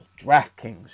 DraftKings